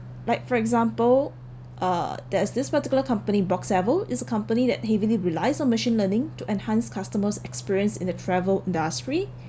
like for example uh there's this particular company box travel it's a company that heavily relies on machine learning to enhance customers' experience in the travel industry